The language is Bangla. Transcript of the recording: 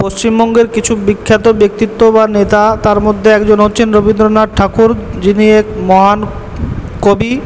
পশ্চিমবঙ্গের কিছু বিখ্যাত ব্যক্তিত্ব বা নেতা তার মধ্যে একজন হচ্ছেন রবীন্দ্রনাথ ঠাকুর যিনি এক মহান কবি